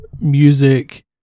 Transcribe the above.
music